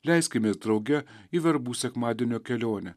leiskimės drauge į verbų sekmadienio kelionę